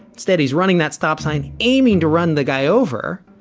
said he's running that stop sign. aiming to run the guy over.